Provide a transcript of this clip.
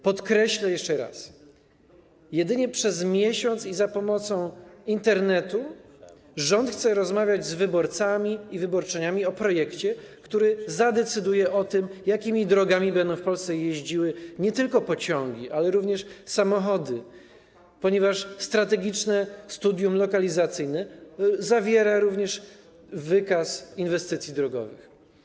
Podkreślę jeszcze raz: jedynie przez miesiąc i za pomocą Internetu rząd chce rozmawiać z wyborcami i wyborczyniami o projekcie, który zadecyduje o tym, jakimi drogami będą w Polsce jeździły nie tylko pociągi, ale również samochody - ponieważ strategiczne studium lokalizacyjne zawiera również wykaz inwestycji drogowych.